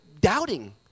doubting